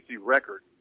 record